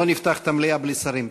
לא נפתח את המליאה בלי שרים.